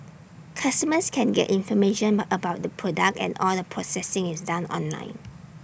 customers can get information but about the product and all the processing is done online